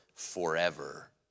forever